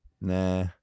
Nah